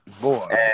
Boy